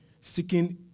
seeking